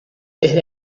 desde